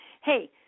Hey